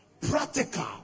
Practical